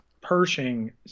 Pershing